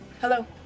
Hello